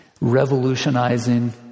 revolutionizing